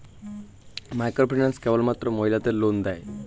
Microfinance কেবলমাত্র মহিলাদের loan দেয়?